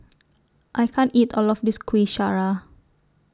I can't eat All of This Kuih Syara